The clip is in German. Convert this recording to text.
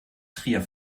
trier